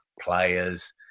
players